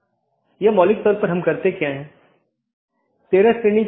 अगला राउटर 3 फिर AS3 AS2 AS1 और फिर आपके पास राउटर R1 है